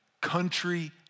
country